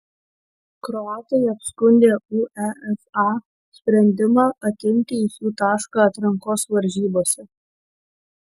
kroatai apskundė uefa sprendimą atimti iš jų tašką atrankos varžybose